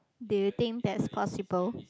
do you think that's possible